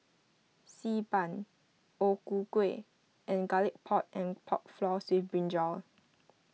Xi Ban O Ku Kueh and Garlic Pork and Pork Floss with Brinjal